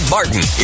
Martin